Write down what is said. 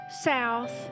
south